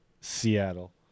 Seattle